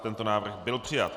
Tento návrh byl přijat.